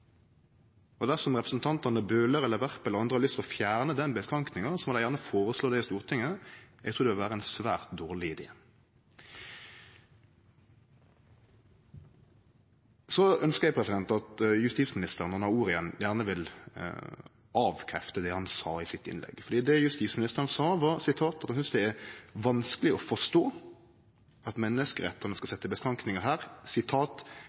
Dersom representantane Bøhler, Werp eller andre har lyst til å fjerne den avgrensinga, må dei gjerne føreslå det i Stortinget. Eg trur det vil vere ein svært dårleg idé. Så ønskjer eg at justisministeren, når han har ordet igjen, vil avkrefte det han sa i innlegget sitt. Det justisministeren sa, var at det er vanskeleg å forstå at menneskerettane skal setje avgrensingar her,